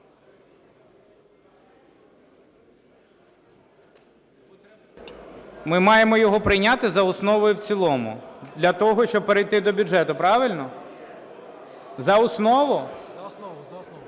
Ми маємо його прийняти за основу і в цілому для того, щоб перейти до бюджету. Правильно? За основу? Ставлю на